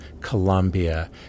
Colombia